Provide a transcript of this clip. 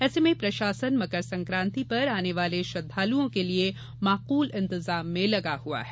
ऐसे में प्रशासन मकर संकान्ति पर आने वाले श्रद्वालुओं के लिए माकूल इंतजाम में लगा हुआ है